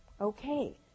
Okay